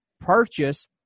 purchase